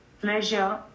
pleasure